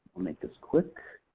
we'll make this quick.